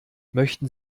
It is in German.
möchten